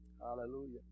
Hallelujah